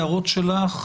הערות שלך,